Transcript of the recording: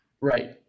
Right